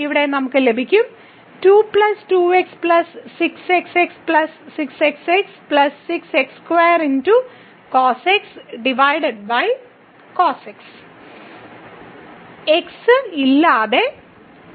ഇവിടെ നമുക്ക് ലഭിക്കും x ഇല്ലാതെ 2